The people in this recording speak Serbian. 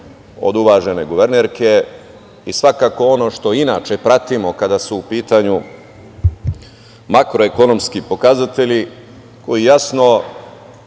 od uvažene guvernerke i svakako ono što inače pratimo kada su u pitanju makroekonomski pokazatelji koji jasno